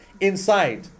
inside